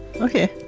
Okay